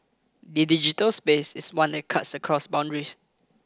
the digital space is one that cuts across boundaries